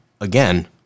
again